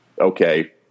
okay